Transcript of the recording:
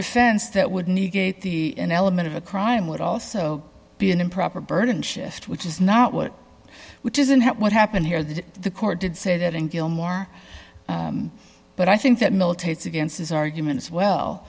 defense that would negate the element of a crime would also be an improper burden shift which is not what which isn't what happened here that the court did say that in gilmore but i think that militates against his argument as well